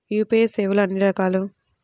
UPI సేవలు ఎన్నిరకాలు?